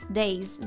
days